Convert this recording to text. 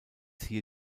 hier